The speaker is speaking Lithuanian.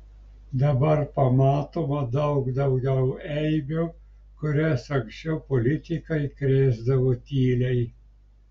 dabar pamatoma daug daugiau eibių kurias anksčiau politikai krėsdavo tyliai